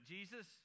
Jesus